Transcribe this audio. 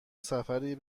سفری